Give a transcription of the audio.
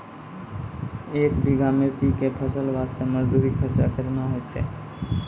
एक बीघा मिर्ची के फसल वास्ते मजदूरी खर्चा केतना होइते?